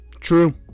true